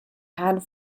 had